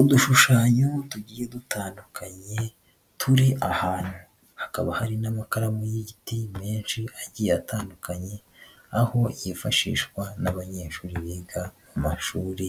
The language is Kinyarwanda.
Udushushanyo tugiye dutandukanye turi ahantu, hakaba hari n'amakaramu y'igiti menshi agiye atandukanye, aho yifashishwa n'abanyeshuri biga mu mashuri